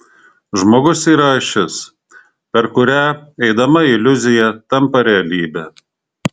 žmogus yra ašis per kurią eidama iliuzija tampa realybe